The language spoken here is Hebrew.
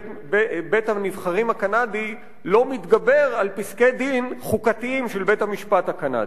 בית-הנבחרים הקנדי לא מתגבר על פסקי-דין חוקתיים של בית-המשפט הקנדי.